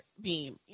beam